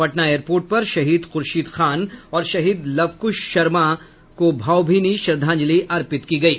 Patna airport पर शहीद खुर्शीद खान और शहीद लवकुश शर्मा को भावभीनी श्रद्धांजलि अर्पित की गयी